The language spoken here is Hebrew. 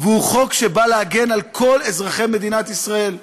הוא חוק שבא להגן על כל אזרחי מדינת ישראל,